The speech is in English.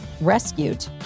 rescued